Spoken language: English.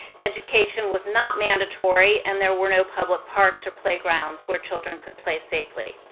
education was not mandatory and there were no public parks or playgrounds where children could play safely.